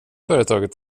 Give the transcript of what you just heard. företaget